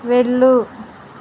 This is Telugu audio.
వెళ్ళు